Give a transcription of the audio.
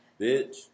Bitch